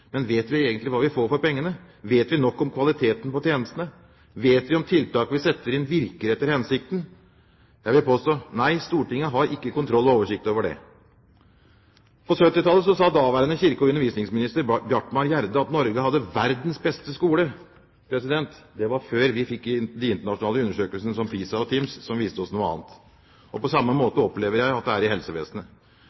Men vet vi egentlig hva vi får for pengene? Vet vi nok om kvaliteten på tjenestene? Vet vi om tiltak vi setter inn, virker etter hensikten? Jeg vil påstå: Nei, Stortinget har ikke kontroll og oversikt over det! På 1970-tallet sa daværende kirke- og undervisningsminister Bjartmar Gjerde at Norge hadde verdens beste skole. Det var før vi fikk internasjonale undersøkelser, som PISA og TIMSS, som viste oss noe annet. På samme